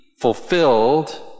fulfilled